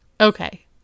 Okay